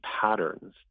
patterns